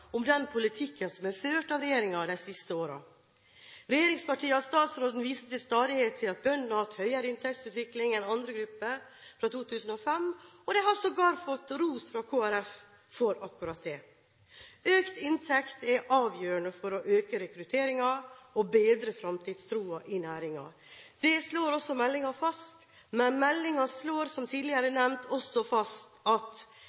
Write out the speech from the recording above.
om den politikken som har blitt ført av regjeringen de siste årene. Regjeringspartiene og statsråden viser til stadighet til at bøndene har hatt høyere inntektsutvikling enn andre grupper fra 2005 – og de har sågar fått ros fra Kristelig Folkeparti for akkurat det. Økt inntekt er avgjørende for å øke rekrutteringen og bedre fremtidstroen i næringen. Det slår også meldingen fast. Men meldingen slår, som tidligere nevnt, også fast at